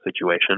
situation